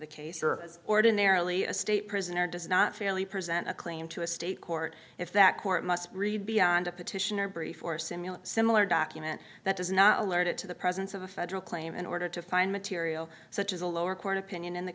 the case or as ordinarily a state prisoner does not fairly present a claim to a state court if that court must read beyond a petition or brief or simulate similar document that does not alert it to the presence of a federal claim in order to find material such as a lower court opinion in the